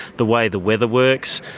the way the weather works,